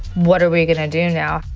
what are we gonna do now?